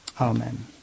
Amen